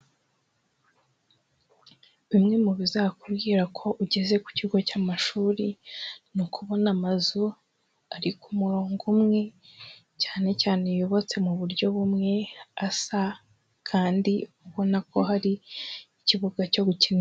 Bimwe mu bizakubwira ko ugeze ku kigo cy'amashuri, ni ukubona amazu ari ku murongo umwe, cyane cyane yubatse mu buryo bumwe, asa kandi ubona ko hari ikibuga cyo gukina.